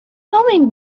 going